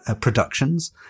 productions